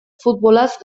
futbolaz